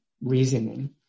Reasoning